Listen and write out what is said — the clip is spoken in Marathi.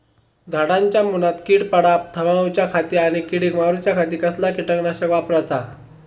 झाडांच्या मूनात कीड पडाप थामाउच्या खाती आणि किडीक मारूच्याखाती कसला किटकनाशक वापराचा?